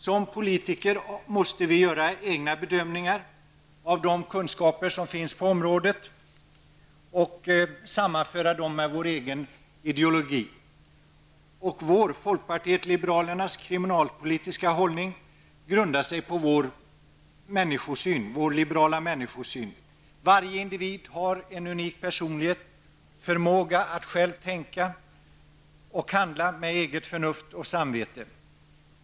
Vi politiker måste göra egna bedömningar av de kunskaper som finns på området och sammanföra dem med vår egen ideologi. Folkpartiet liberalernas kriminalpolitiska hållning grundar sig på partiets liberala människosyn. Varje individ har en unik personlighet och förmåga att själv tänka och handla med eget förnuft och samvete.